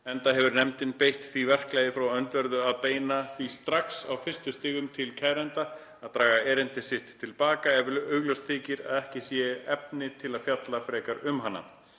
enda hefur nefndin beitt því verklagi frá öndverðu að beina því strax á fyrstu stigum til kæranda að draga erindi sitt til baka, ef augljóst þykir að ekki séu efni til að fjalla frekar um hana.